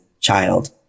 child